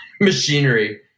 machinery